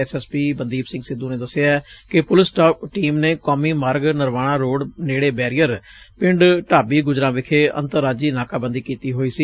SSP Mandeep Singh Sidhu ਨੇ ਦੱਸਿਐ ਕਿ ਪੁਲਿਸ ਟੀਮ ਨੇ ਕੌਮੀ ਮਾਰਗ ਨਰਵਾਣਾਂ ਰੋਡ ਨੇੜੇ ਬੈਰੀਅਰ ਪਿੰਡ ਢਾਬੀ ਗੁੱਜਰਾਂ ਵਿਖੇ ਅੰਤਰਰਾਜੀ ਨਾਕਾਬੰਦੀ ਕੀਤੀ ਹੋਈ ਸੀ